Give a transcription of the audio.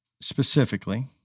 specifically